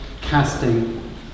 casting